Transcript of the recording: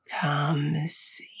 comes